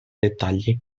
dettagli